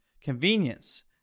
convenience